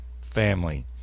family